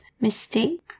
Mistake